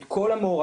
את כל המעורבים.